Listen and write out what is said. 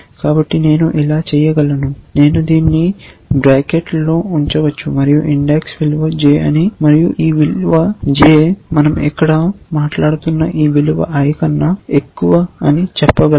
కాబట్టి నేను ఇలా చేయగలను నేను దీన్ని బ్రాకెట్లలో ఉంచవచ్చు మరియు INDEX విలువ j అని మరియు ఈ విలువ j మనం ఇక్కడ మాట్లాడుతున్న ఈ విలువ i కన్నా ఎక్కువ అని చెప్పగలను